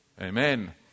amen